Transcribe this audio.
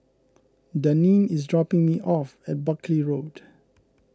Daneen is dropping me off at Buckley Road